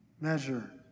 measure